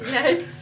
Yes